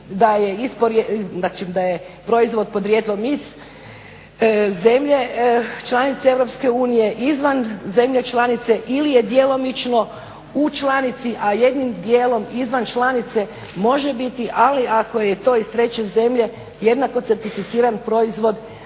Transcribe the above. da je proizvod podrijetlom iz zemlje članice Europske unije, izvan zemlje članice ili je djelomično u članici, a jednim dijelom izvan članice može biti, ali ako je to iz treće zemlje jednako certificiran proizvod